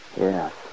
Yes